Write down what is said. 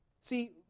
See